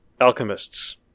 alchemist's